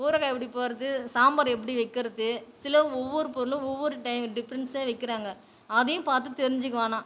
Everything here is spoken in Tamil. ஊறுகாய் எப்படி போடுறது சாம்பார் எப்படி வைக்கிறது சில ஒவ்வொரு பொருளும் ஒவ்வொரு டைம் டிஃப்ரெண்ட்ஸே வைக்கிறாங்கள் அதையும் பார்த்து தெரிஞ்சிக்குவேன் நான்